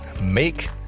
make